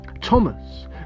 Thomas